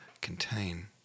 contain